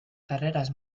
carreras